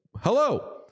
Hello